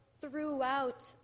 throughout